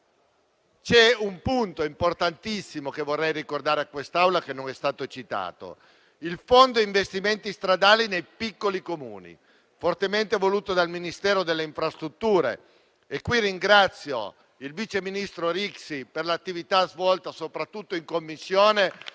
è un punto importantissimo che vorrei ricordare a quest'Aula, che non è stato citato: il fondo investimenti stradali nei piccoli Comuni, fortemente voluto dal Ministero delle infrastrutture. E qui ringrazio il vice ministro Rixi per l'attività svolta, soprattutto in Commissione,